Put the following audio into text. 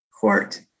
court